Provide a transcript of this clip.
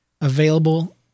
available